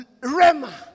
Rema